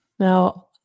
Now